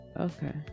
Okay